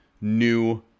new